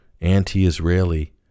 anti-Israeli